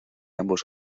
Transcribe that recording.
ambos